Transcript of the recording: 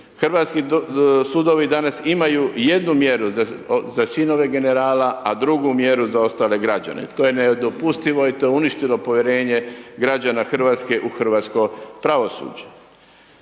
Hrvatski sudovi danas imaju jednu mjeru za sinove generala, a drugu mjeru za ostale građane. To je nedopustivo i to je uništilo povjerenje građana Hrvatske u hrvatsko pravosuđe.